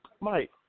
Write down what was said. Mike